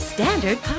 Standard